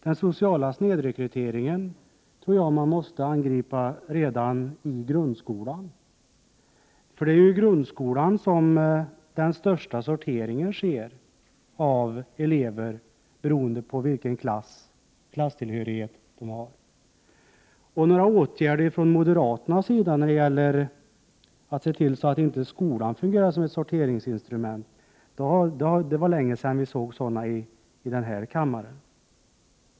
Den sociala snedrekryteringen måste angripas redan i grundskolan. Det är nämligen i grundskolan som den största sorteringen av elever sker, beroende på klasstillhörighet. Några åtgärder från moderaternas sida när det gäller att se till att skolan inte fungerar som ett sorteringsinstrument var det länge sedan vi såg i denna kammare.